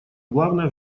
главное